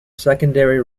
secondary